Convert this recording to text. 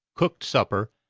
cooked supper,